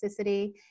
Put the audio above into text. toxicity